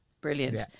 brilliant